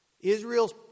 Israel's